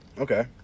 Okay